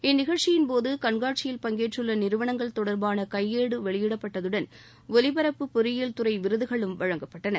இந்நிகழ்ச்சியின்போது கண்காட்சியில் பங்கேற்றுள்ள நிறுவனங்கள் தொடர்பான கையேடு வெளியிடப்பட்டதுடன் ஒலிபரப்பு பொறியியல்துறை விருதுகளும் வழங்கப்பட்டன